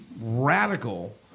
radical